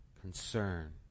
concern